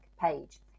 page